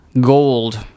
gold